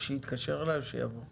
הוא כמה הסכום הזה משפיע על הפעילות